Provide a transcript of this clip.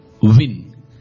win